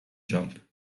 jump